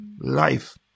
life